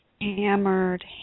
hammered